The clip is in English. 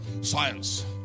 science